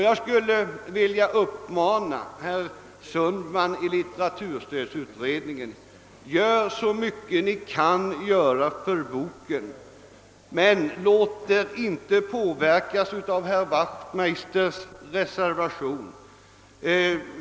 Jag skulle vilja uppmana herr Sundman att i litteraturstödutredningen göra så mycket han kan göra för boken men inte låta det påverkas av herr Wachtmeisters reservation.